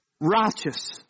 righteous